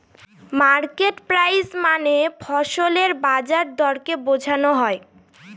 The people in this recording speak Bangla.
মার্কেট প্রাইস মানে ফসলের বাজার দরকে বোঝনো হয়